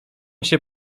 się